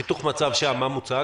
בחיתוך מצב, מה מוצג?